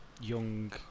young